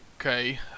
Okay